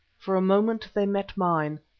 for a moment they met mine,